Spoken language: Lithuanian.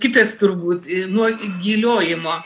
kitas turbūt nuo įgiliojimo